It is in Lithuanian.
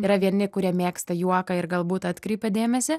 yra vieni kurie mėgsta juoką ir galbūt atkreipia dėmesį